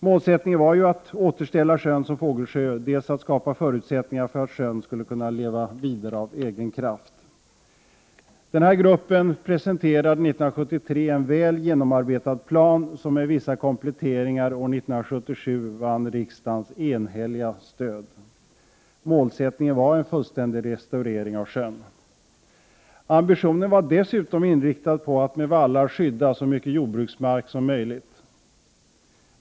Målsättningen var dels att återställa sjön som fågelsjö, dels att skapa förutsättningar för att sjön kunde leva vidare av egen kraft. Denna grupp presenterade 1973 en väl genomarbetad plan, som med vissa kompletteringar år 1977 vann riksdagens enhälliga stöd. Målsättningen var en fullständig restaurering av sjön. Ambitionen var dessutom inriktad på att med vallar skydda så mycket jordbruksmark som möjligt.